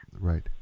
Right